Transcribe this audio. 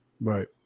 Right